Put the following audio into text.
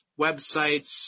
websites